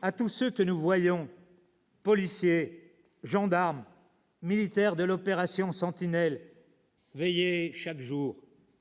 à tous ceux que nous voyons, policiers, gendarmes, militaires de l'opération Sentinelle, veiller chaque jour